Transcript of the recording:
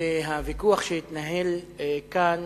והוויכוח שהתנהל כאן